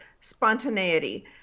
spontaneity